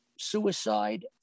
suicide